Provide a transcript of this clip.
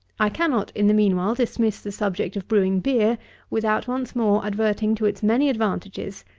i cannot, in the mean while, dismiss the subject of brewing beer without once more adverting to its many advantages,